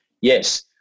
Yes